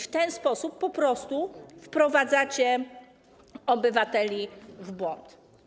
W ten sposób po prostu wprowadzacie obywateli w błąd.